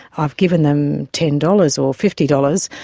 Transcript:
i've given them ten dollars or fifty dollars,